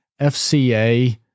FCA